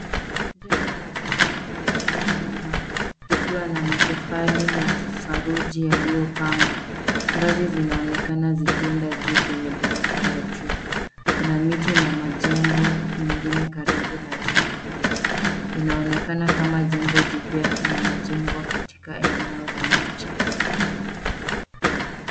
Jengo la ghorofa linalojengwa likiwa na matofali ya saruji yaliyopangwa. Ngazi zinaonekana zikienda juu kwenye ghorofa ya juu. Kuna miti na majengo mingine karibu na jengo hilo. Inaonekana kama jengo jipya linajengwa katika eneo la mji.